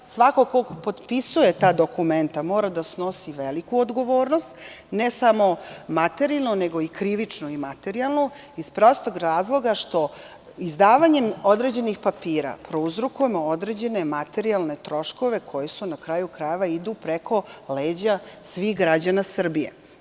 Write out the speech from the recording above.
Svako ko potpisuje ta dokumenta mora da snosi veliku odgovornost, ne samo materijalno, nego i krivično i materijalno, iz prostog razloga što izdavanjem određenih papira prouzrokujemo određene materijalne troškove koji, na kraju krajeva, idu preko leđa svih građana Srbije.